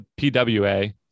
PWA